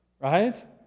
Right